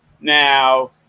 Now